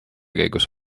käigus